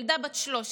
ילדה בת 13,